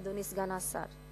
אדוני סגן השר.